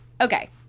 Okay